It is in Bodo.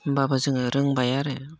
होमब्लाबो जोङो रोंबोबाय आरो